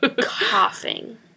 coughing